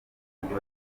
umujyi